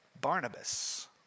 Barnabas